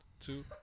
two